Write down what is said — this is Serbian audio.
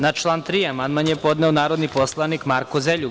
Na član 3. amandman je podneo narodni poslanik Marko Zeljug.